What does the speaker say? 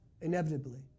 inevitably